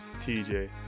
tj